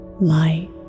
light